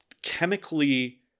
Chemically